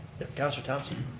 counselor thompson.